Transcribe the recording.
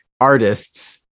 artists